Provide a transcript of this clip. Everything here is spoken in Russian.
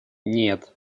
нет